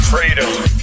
Freedom